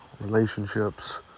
relationships